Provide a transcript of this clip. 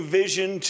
vision